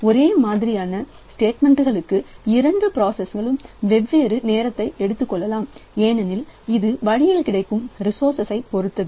ஒரே மாதிரியான ஸ்டேட்மெண்ட் இரண்டு ப்ராசஸ்கல் வெவ்வேறு நேரத்தை எடுத்துக் கொள்ளலாம் ஏனெனில் இது வழிகளில் கிடைக்கும் ரிசோர்சஸ் பொறுத்தது